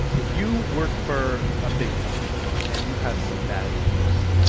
if you work for a big company and you have some bad news,